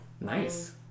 nice